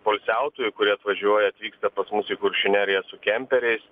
poilsiautojų kurie atvažiuoja atvyksta pas mus į kuršių neriją su kemperiais